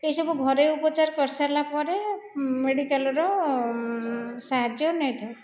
ଏହି ସବୁ ଘରୋଇ ଉପଚାର କରିସାରିଲା ପରେ ମେଡ଼ିକାଲର ସାହାଯ୍ୟ ନେଇଥାଉ